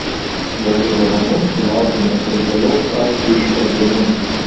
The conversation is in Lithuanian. vietoj dovanų sulaukėme brutalaus akcijų išpardavimo